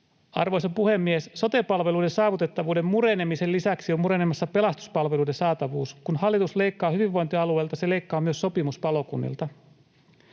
Arvoisa puhemies! Sote-palveluiden saavutettavuuden murenemisen lisäksi on murenemassa pelastuspalveluiden saatavuus. Kun hallitus leikkaa hyvinvointialueilta, se leikkaa myös sopimuspalokunnilta.